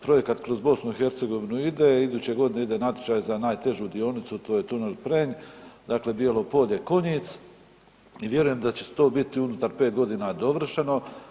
Projekat kroz BiH ide, iduće godine ide natječaj za najtežu dionicu to je tunel Prenj dakle Bijelo Polje – Konjic i vjerujem da će to biti unutar 5 godina dovršeno.